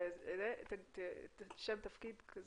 תגידי את השם, תפקיד.